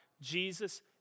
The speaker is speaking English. Jesus